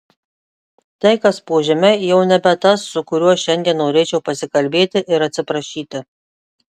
tai kas po žeme jau nebe tas su kuriuo šiandien norėčiau pasikalbėti ir atsiprašyti